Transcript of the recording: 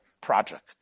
project